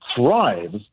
thrives